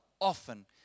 often